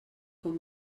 com